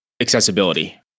Accessibility